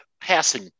passing